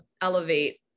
elevate